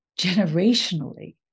generationally